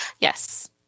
Yes